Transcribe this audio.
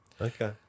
Okay